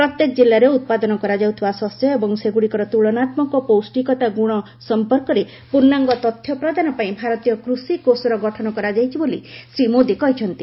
ପ୍ରତ୍ୟେକ ଜିଲ୍ଲାରେ ଉତ୍ପାଦନ କରାଯାଉଥିବା ଶସ୍ୟ ଏବଂ ସେଗୁଡ଼ିକର ତୁଳନାତ୍ମକ ପୌଷ୍ଟିକତା ଗୁଣ ସମ୍ପର୍କରେ ପୂର୍ଣ୍ଣାଙ୍ଗ ତଥ୍ୟ ପ୍ରଦାନ ପାଇଁ ଭାରତୀୟ କୃଷି କୋଷର ଗଠନ କରାଯାଇଛି ବୋଲି ଶ୍ରୀ ମୋଦି କହିଛନ୍ତି